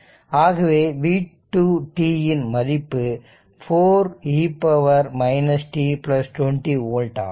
ஆகவே v2 t இன் மதிப்பு 4 e t 20 ஓல்ட் ஆகும்